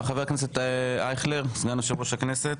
חבר הכנסת אייכלר, סגן יושב-ראש הכנסת.